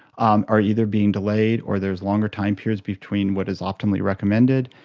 um are either being delayed or there is longer time periods between what is optimally recommended,